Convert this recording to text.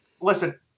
listen